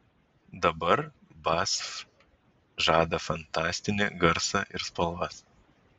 dabar basf žada fantastinį garsą ir spalvas